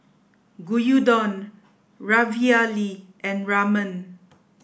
Gyudon Ravioli and Ramen